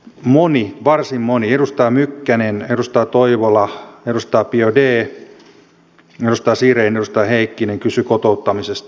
moni varsin moni edustaja mykkänen edustaja toivola edustaja biaudet edustaja siren edustaja heikkinen kysyi kotouttamisesta